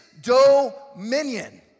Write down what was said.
dominion